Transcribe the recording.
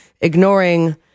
ignoring